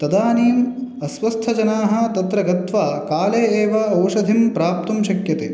तदानीं अस्वस्थजनाः तत्र गत्वा काले एव औषधिं प्राप्तुं शक्यते